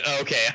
Okay